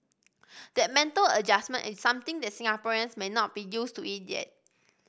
that mental adjustment is something that Singaporeans may not be used to it yet